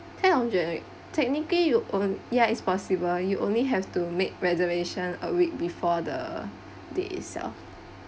ten object technically you own ya it's possible you only have to make reservation a week before the day itself